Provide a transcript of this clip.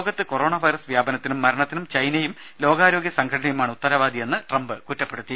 ലോകത്ത് corona virus വ്യാപനത്തിനും മരണത്തിനും ചൈനയും ലോകാരോഗ്യ സംഘടനയുമാണ് ഉത്തരവാദിയെന്ന് ട്രംപ് കുറ്റപ്പെടുത്തി